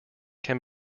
can